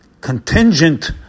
contingent